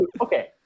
okay